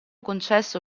concesso